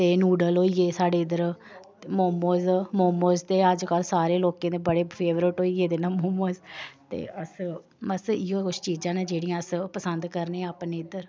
ते न्यूडल होई गे साढ़े इद्धर मोमस मोमस ते अज्जकल सारे लोकें दे बडे फेवरट होई गेदे न मोमस ते अस बस इ'यो कुछ चीजां न जेह्ड़ियां अस पसंद करने आं अपने इद्धर